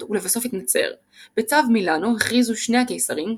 ולבסוף התנצר; בצו מילאנו הכריזו שני הקיסרים,